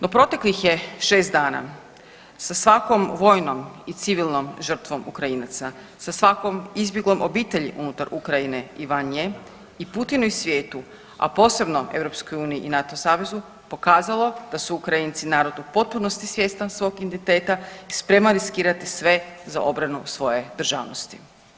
No, proteklih je šest dana svakom vojnom i civilnom žrtvom Ukrajinaca, sa svakom izbjeglom obitelji unutar Ukrajine i van nje i Putinu i svijetu, a posebno EU i NATO savezu pokazalo da su Ukrajinci narod u potpunosti svjestan svog identiteta i spreman riskirati sve za obranu svoje državnosti.